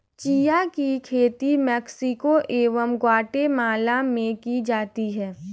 chia की खेती Mexico एवं ग्वाटेमाला में की जाती है